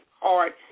hard